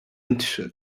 not